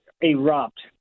erupt